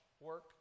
work